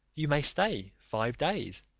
you may stay five days,